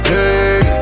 Hey